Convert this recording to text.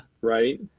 right